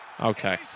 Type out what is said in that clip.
Okay